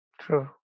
True